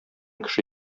кеше